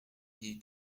vieille